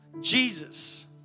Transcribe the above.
Jesus